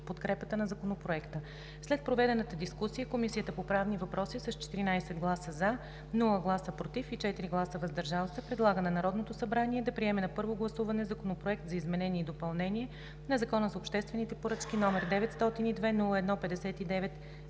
подкрепа на Законопроекта. След проведената дискусия Комисията по правни въпроси с 14 гласа „за“, без „против“ и 4 гласа „въздържал се“ предлага на Народното събрание да приеме на първо гласуване Законопроект за изменение и допълнение на Закона за обществените поръчки, № 902 -01-59,